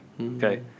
okay